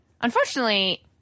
Unfortunately